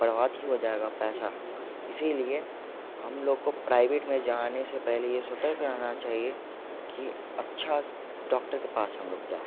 बर्बाद हो जाएगा पैसा इसी लिए हम लोग को प्राइवेट में जाने से पहले ये सतर्क रहना चाहिए कि अच्छे डॉक्टर के पास हम लोग जाएं